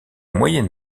moyen